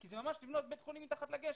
כי זה ממש לבנות בית חולים מתחת לגשר.